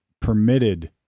permitted